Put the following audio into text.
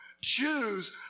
choose